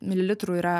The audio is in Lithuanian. mililitrų yra